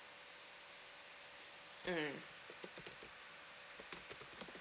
mm